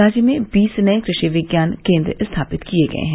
राज्य में बीस नये कृषि विज्ञान केन्द्र स्थापित किये गये हैं